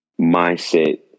mindset